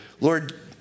Lord